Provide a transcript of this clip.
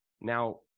Now